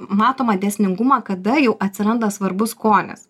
matomą dėsningumą kada jau atsiranda svarbu skonis